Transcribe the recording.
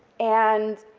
and,